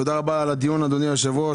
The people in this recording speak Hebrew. תודה רבה על הדיון אדוני היושב-ראש.